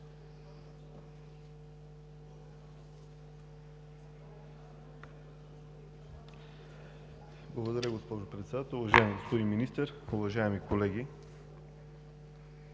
Уважаема госпожо Председател, уважаеми господин Министър, уважаеми колеги!